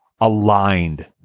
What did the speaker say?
aligned